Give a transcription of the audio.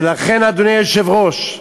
ולכן, אדוני היושב-ראש,